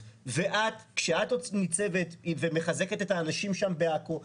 כשאת ניצבת ומחזקת את האנשים שם בעכו,